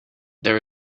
there